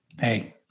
hey